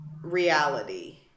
reality